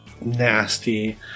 nasty